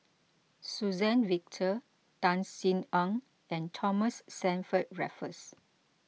Suzann Victor Tan Sin Aun and Thomas Stamford Raffles